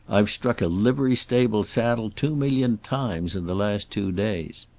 i've struck a livery stable saddle two million times in the last two days.